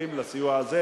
שזקוקים לסיוע הזה,